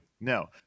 no